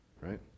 right